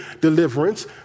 deliverance